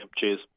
Cheers